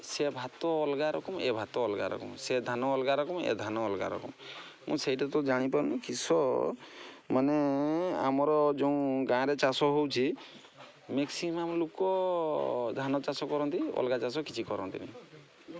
ସେ ଭାତ ଅଲଗା ରକମ ଏ ଭାତ ଅଲଗା ରକମ ସେ ଧାନ ଅଲଗା ରକମ ଏ ଧାନ ଅଲଗା ରକମ ମୁଁ ସେଇଟା ତ ଜାଣିପାରୁନି କିସ ମାନେ ଆମର ଯୋଉଁ ଗାଁ'ରେ ଚାଷ ହଉଛି ମେକ୍ସିମମ୍ ଲୋକ ଧାନ ଚାଷ କରନ୍ତି ଅଲଗା ଚାଷ କିଛି କରନ୍ତିନି